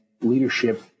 leadership